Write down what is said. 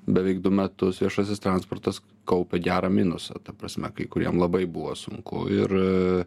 beveik du metus viešasis transportas kaupia gerą minusą ta prasme kai kuriem labai buvo sunku ir